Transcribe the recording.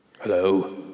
Hello